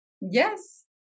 yes